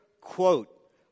quote